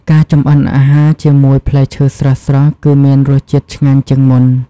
ការចម្អិនអាហារជាមួយផ្លែឈើស្រស់ៗគឺមានរសជាតិឆ្ងាញ់ជាងមុន។